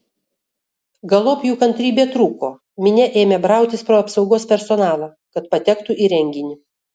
galop jų kantrybė trūko minia ėmė brautis pro apsaugos personalą kad patektų į renginį